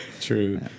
true